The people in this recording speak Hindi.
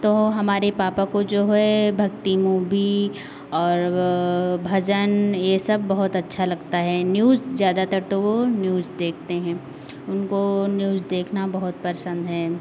तो हमारे पापा को जो है भक्ति मूबी और वाे भजन ये सब बहुत अच्छा लगता है न्यूज़ ज़्यादातर तो वो न्यूज देखते हैं उनको न्यूज़ देखना बहुत पसंद है